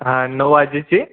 हां नऊ वाजेची